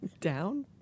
Down